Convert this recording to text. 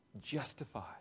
justified